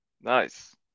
nice